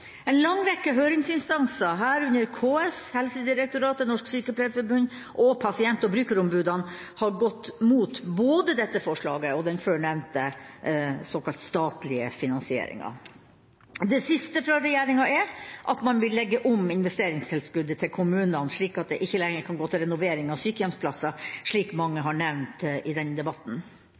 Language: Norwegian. En lang rekke høringsinstanser, herunder KS, Helsedirektoratet, Norsk Sykepleierforbund og pasient- og brukerombudene har gått imot både dette forslaget og den før nevnte såkalte statlige finansieringen. Det siste fra regjeringa er at man vil legge om investeringstilskuddet til kommunene slik at det ikke lenger kan gå til renovering av sykehjemsplasser, slik mange har nevnt i denne debatten.